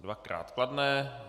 Dvakrát kladné.